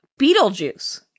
Beetlejuice